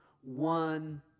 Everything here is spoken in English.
one